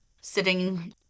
sitting